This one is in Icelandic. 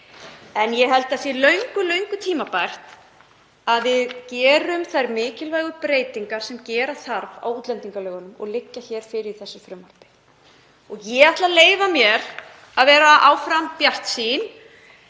En ég held að það sé löngu tímabært að við gerum þær mikilvægu breytingar sem gera þarf á útlendingalögunum og liggja fyrir í þessu frumvarpi. Ég ætla að leyfa mér að vera áfram bjartsýn.